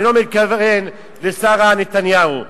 אני לא מתכוון לשרה נתניהו,